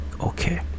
okay